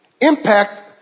impact